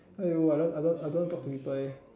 !aiyo! I don't I don't I don't want talk to people leh